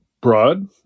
broad